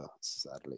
Sadly